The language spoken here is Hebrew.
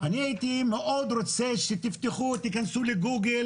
אני הייתי מאוד רוצה שתפתחו, תכנסו לגוגל